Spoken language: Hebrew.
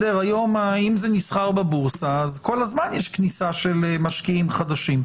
אם זה נסחר בבורסה אז כל הזמן יש כניסה של משקיעים חדשים.